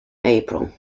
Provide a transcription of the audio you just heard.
april